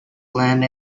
land